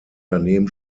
daneben